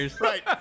Right